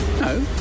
No